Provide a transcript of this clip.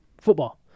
football